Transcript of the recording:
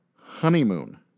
honeymoon